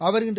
அவர் இன்று